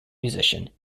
musician